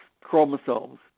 chromosomes